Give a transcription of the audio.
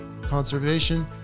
conservation